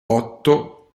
otto